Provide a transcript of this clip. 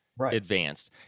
advanced